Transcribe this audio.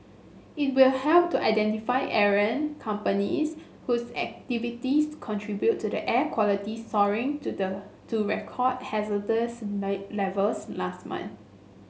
it will help to identify errant companies whose activities contributed to the air quality soaring to the to record hazardous may levels last month